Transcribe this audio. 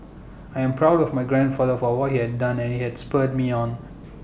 I am proud of my grandfather for what he has done and IT has spurred me on